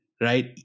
Right